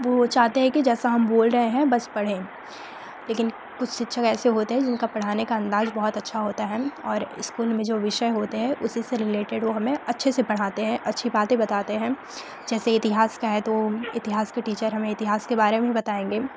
वो चाहते हैं कि जैसा हम बोल रहे हैं बस पढ़ें लेकिन कुछ शिक्षक ऐसे होते है जिनका पढ़ाने का अंदाज़ बहुत अच्छा होता है और इस्कूल में जो विषय होते हैं उसी से रिलेटेड वो हमें अच्छे से पढ़ाते हैं अच्छी बातें बताते हैं जैसे इतिहास का है तो इसिहास के टीचर हमें इतिहास के बारे में ही बताएँगे